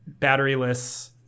batteryless